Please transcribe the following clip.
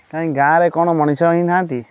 କାହିଁ ଗାଁରେ କ'ଣ ମଣିଷ ହିଁ ନାହାନ୍ତି